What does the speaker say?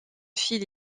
file